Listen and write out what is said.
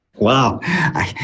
Wow